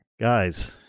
guys